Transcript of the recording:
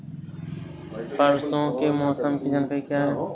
परसों के मौसम की जानकारी क्या है?